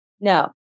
No